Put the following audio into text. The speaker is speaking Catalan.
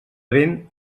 vent